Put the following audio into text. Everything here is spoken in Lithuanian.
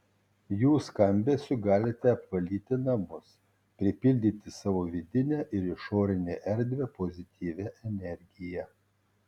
jų skambesiu galite apvalyti namus pripildyti savo vidinę ir išorinę erdvę pozityvia energija